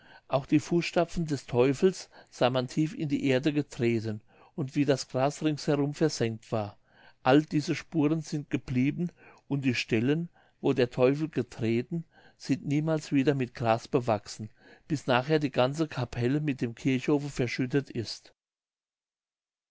auch die fußstapfen des teufels sah man tief in die erde getreten und wie das gras ringsumher versengt war alle diese spuren sind geblieben und die stellen wohin der teufel getreten sind niemals wieder mit gras bewachsen bis nachher die ganze kapelle mit dem kirchhofe verschüttet ist